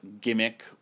gimmick